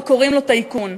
וקוראים לו טייקון.